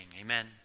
Amen